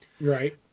Right